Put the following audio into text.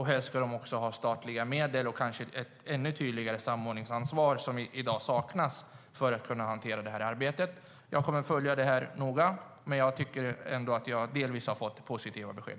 Helst ska de också ha statliga medel och kanske ett ännu tydligare samordningsansvar, vilket i dag saknas, för att de ska kunna hantera detta arbete. Jag kommer att följa det här noga, men jag tycker ändå att jag delvis har fått positiva besked.